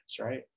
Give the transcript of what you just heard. right